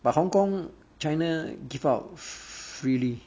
but hong-kong china give out freely